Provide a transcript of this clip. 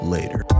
later